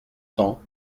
cents